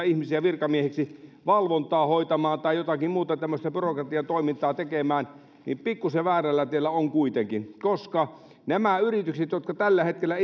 ihmisiä virkamiehiksi valvontaa hoitamaan tai jotakin muuta tämmöistä byrokratian toimintaa tekemään niin pikkuisen väärällä tiellä on kuitenkin koska nämä yritykset jotka tällä hetkellä